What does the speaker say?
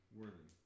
worthy